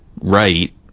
right